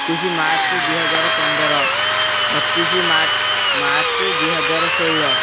ଏକୋଇଶି ମାର୍ଚ୍ଚ ଦୁଇ ହଜାର ପନ୍ଦର ପଚିଶି ମାର୍ଚ୍ଚ ମାର୍ଚ୍ଚ ଦୁଇ ହଜାର ଷୋହଳ